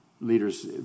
leaders